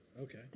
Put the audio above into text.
Okay